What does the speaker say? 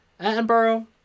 Attenborough